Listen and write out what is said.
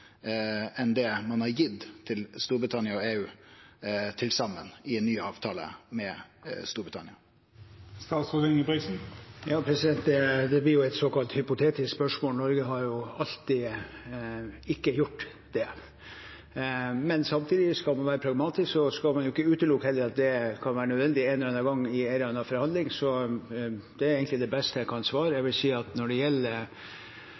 enn det ein har gitt til Storbritannia og EU til saman, i ei ny avtale med Storbritannia? Det blir et såkalt hypotetisk spørsmål. Norge har alltid ikke gjort det. Men samtidig: Skal man være pragmatisk, skal man heller ikke utelukke at det kan være nødvendig en eller annen gang i en eller annen forhandling, så det er egentlig det beste svaret jeg kan gi. Jeg vil si at når man diskuterer denne bytteproblematikken, tror jeg det